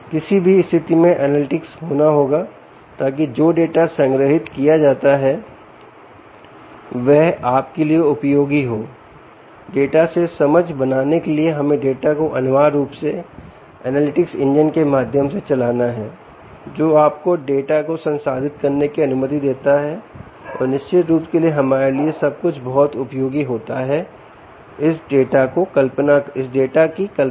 किसी भी स्थिति में एनालिटिक्स होना होगा ताकि जो डाटा संग्रहीत किया जाता है वह आपके लिए उपयोगी हो डाटा से समझ बनाने के लिए हमें डाटा को अनिवार्य रूप से एनालिटिक्स इंजनके माध्यम से चलाना है जो आपको डाटा को संसाधित करने की अनुमति देता है और निश्चित रूप सेहमारे लिए सब कुछ बहुत उपयोगी होता है इस डाटा की कल्पना करना